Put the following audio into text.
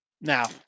Now